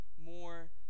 more